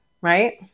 right